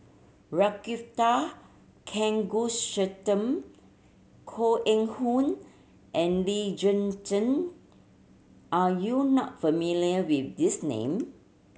Ragunathar Kanagasuntheram Koh Eng Hoon and Lee Zhen Zhen are you not familiar with these name